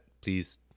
please